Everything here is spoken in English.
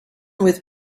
with